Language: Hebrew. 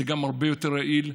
זה גם הרבה יותר יעיל,